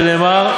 שנאמר: